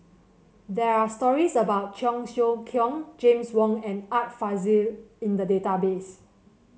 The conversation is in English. there are stories about Cheong Siew Keong James Wong and Art Fazil in the database